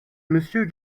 monsieur